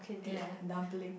ya dumpling